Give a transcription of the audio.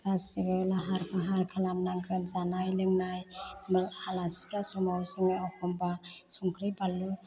गासिबो लाहार फाहार खालामनांगोन जानाय लोंनाय मा आलासिफ्रा समाव समायाव एखमबा संख्रि बानलु